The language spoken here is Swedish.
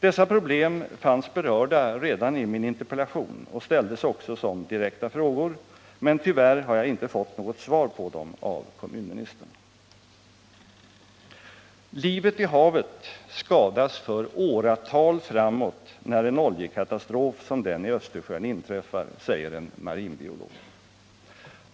Dessa problem fanns berörda redan i min interpellation och framställdes också som direkta frågor, men tyvärr har jag inte fått något svar på dem av kommunministern. ”Livet i havet skadas för åratal framåt när en oljekatastrof som den i Östersjön inträffar”, säger en marinbiolog.